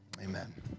Amen